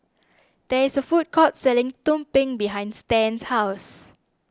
there is a food court selling Tumpeng behind Stan's house